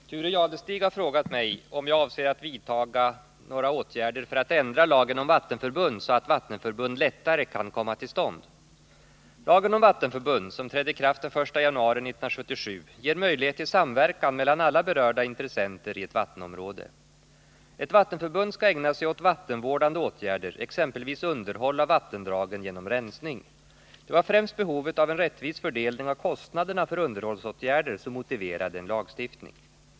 Herr talman! Thure Jadestig har frågat mig om jag avser att vidta några åtgärder för att ändra lagen om vattenförbund så att vattenförbund lättare kan komma till stånd. Lagen om vattenförbund, som trädde i kraft den 1 januari 1977, ger möjlighet till samverkan mellan alla berörda intressenter i ett vattenområde. Ett vattenförbund skall ägna sig åt vattenvårdande åtgärder, exempelvis underhåll av vattendragen genom rensning. Det var främst behovet av en rättvis fördelning av kostnaderna för underhållsåtgärder som motiverade en lagstiftning.